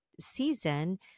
season